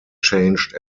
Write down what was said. changed